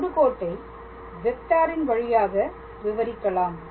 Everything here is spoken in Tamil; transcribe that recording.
தொடுக்கோட்டை வெக்டாரின் வழியாக விவரிக்கலாம்